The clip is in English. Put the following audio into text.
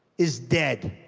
is dead.